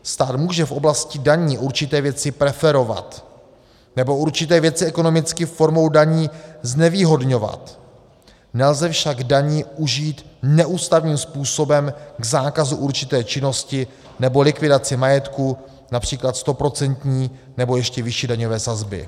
Stát může v oblasti daní určité věci preferovat nebo určité věci ekonomicky formou daní znevýhodňovat, nelze však daní užít neústavním způsobem k zákazu určité činnosti nebo likvidaci majetku, například stoprocentní nebo ještě vyšší daňové sazby.